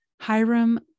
Hiram